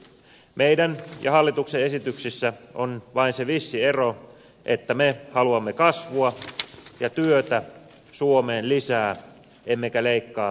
meidän ja hallituksen esityksissä on vain se vissi ero että me haluamme kasvua ja työtä suomeen lisää emmekä leikkaa lyhytnäköisesti